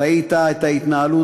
ראית את ההתנהלות,